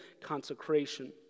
consecration